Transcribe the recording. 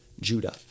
Judah